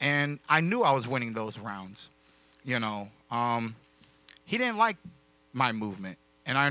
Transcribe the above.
and i knew i was winning those rounds you know he didn't like my movement and i